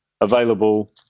available